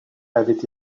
avaient